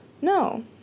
No